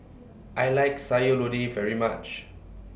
I like Sayur Lodeh very much